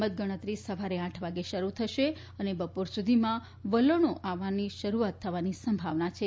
મતગણતરી સવારના આઠ વાગે શરૂ થશે અને બપોર સુધીમાં વલણો આવવાનું શરૂ થવાની સંભાવના છે